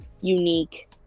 unique